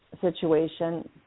situation